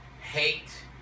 hate